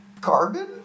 Carbon